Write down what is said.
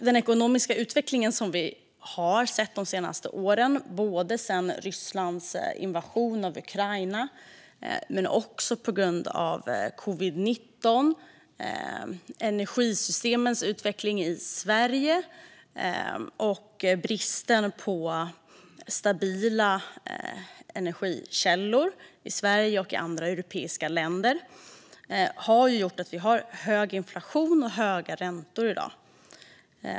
Den ekonomiska utvecklingen de senaste åren i och med Rysslands invasion av Ukraina, covid-19, energisystemens utveckling i Sverige och bristen på stabila energikällor i Sverige och andra europeiska länder har gjort att vi har hög inflation och höga räntor i dag.